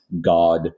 God